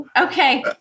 Okay